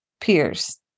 peers